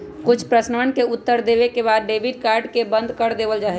कुछ प्रश्नवन के उत्तर देवे के बाद में डेबिट कार्ड के बंद कर देवल जाहई